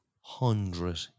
Hundred